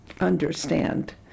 understand